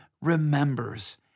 remembers